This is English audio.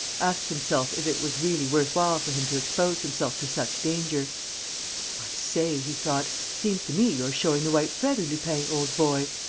asked himself if it was really worth while for him to expose himself to such danger i say! he thought. seems to me you're showing the white feather, lupin, old boy.